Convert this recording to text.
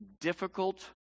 Difficult